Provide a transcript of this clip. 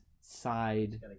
side